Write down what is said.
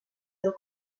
del